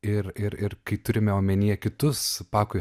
ir ir ir kai turime omenyje kitus pakuja